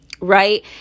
right